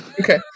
Okay